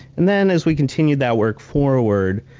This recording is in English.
and then, as we continued that work forward,